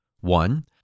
One